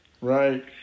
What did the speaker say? Right